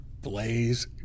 Blaze